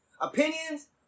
opinions